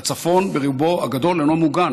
הצפון ברובו הגדול אינו מוגן